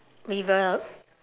river